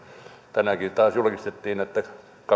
tänäänkin taas julkistettiin että